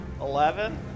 Eleven